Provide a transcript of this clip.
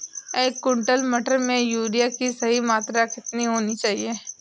एक क्विंटल मटर में यूरिया की सही मात्रा कितनी होनी चाहिए?